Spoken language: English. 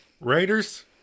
Writers